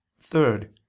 third